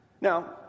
Now